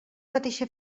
mateixa